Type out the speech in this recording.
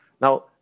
Now